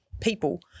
people